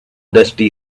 dusty